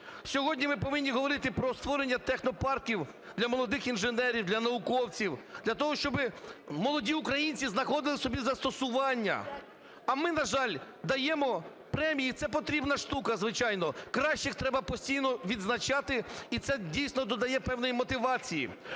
Сьогодні ми повинні говорити про створення технопарків для молодих інженерів, для науковців, для того, щоби молоді українці знаходили собі застосування. А ми, на жаль, даємо премії, це потрібна штука, звичайно, кращих треба постійно відзначати і це дійсно додає певної мотивації.